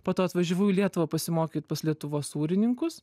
po to atvažiavau į lietuvą pasimokyt pas lietuvos sūrininkus